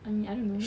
I mean I don't know